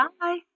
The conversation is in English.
Bye